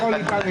רול איתנו.